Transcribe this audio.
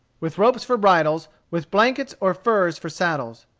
with ropes for bridles, with blankets or furs for saddles.